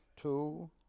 two